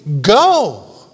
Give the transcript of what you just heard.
Go